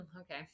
okay